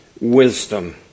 wisdom